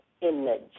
image